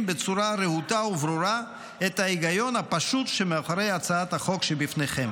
בצורה רהוטה וברורה את ההיגיון הפשוט שמאחורי הצעת החוק שבפניכם.